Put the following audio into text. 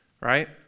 right